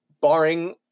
barring